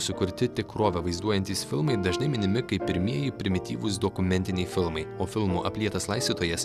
sukurti tikrovę vaizduojantys filmai dažnai minimi kaip pirmieji primityvūs dokumentiniai filmai o filmų aplietas laistytojas